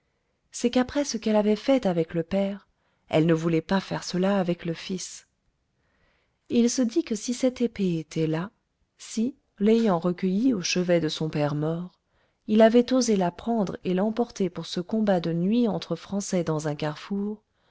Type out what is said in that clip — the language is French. c'est qu'après ce qu'elle avait fait avec le père elle ne voulait pas faire cela avec le fils il se dit que si cette épée était là si l'ayant recueillie au chevet de son père mort il avait osé la prendre et l'emporter pour ce combat de nuit entre français dans un carrefour